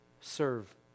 serve